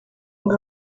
ngo